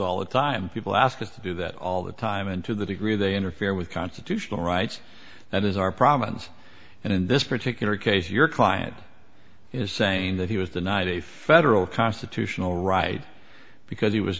all the time people asked to do that all the time and to the degree they interfere with constitutional rights that is our province and in this particular case your client is saying that he was denied a federal constitutional right because he was